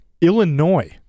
Illinois